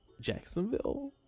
Jacksonville